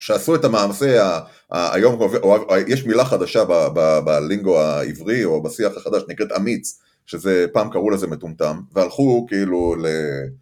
שעשו את המעשה האיום, יש מילה חדשה בלינגו העברי או בשיח החדש נקראת אמיץ ,שזה פעם קראו לזה מטומטם והלכו כאילו ל...